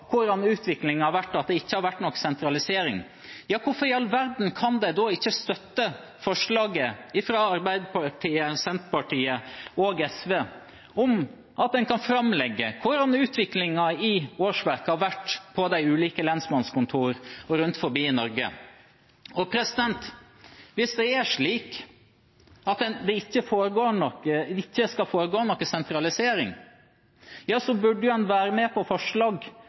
hvordan utviklingen har vært, at det ikke har vært noen sentralisering, hvorfor i all verden kan de ikke da støtte forslaget fra Arbeiderpartiet, Senterpartiet og SV om at en skal framlegge hvordan utviklingen i årsverk har vært på de ulike lensmannskontorene rundt omkring i Norge? Hvis det er slik at det ikke skal foregå noen sentralisering, burde en jo være med på forslag